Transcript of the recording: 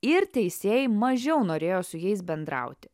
ir teisėjai mažiau norėjo su jais bendrauti